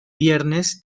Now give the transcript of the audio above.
viernes